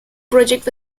project